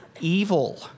evil